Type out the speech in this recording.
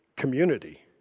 community